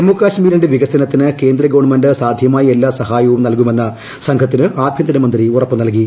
ജമ്മുകാശ്മീരിന്റെ വികസനത്തിന് കേന്ദ്ര ഗവൺമെന്റ് സാധ്യമായ എല്ലാ സഹായവും നൽകുമെന്ന് സംഘത്തിന് ആഭ്യന്തര മന്ത്രി ഉറപ്പു നൽകി